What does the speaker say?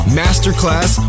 masterclass